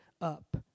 up